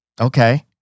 Okay